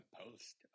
post